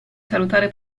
salutare